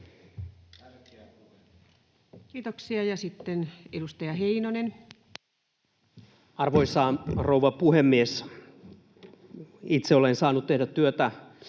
Kiitoksia. — Ja sitten edustaja Heinonen. Arvoisa rouva puhemies! Itse olen saanut tehdä työtä